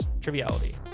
Triviality